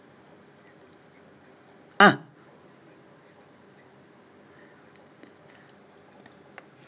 ah